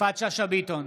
יפעת שאשא ביטון,